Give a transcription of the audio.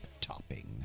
Topping